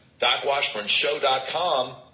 DocWashburnShow.com